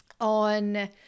on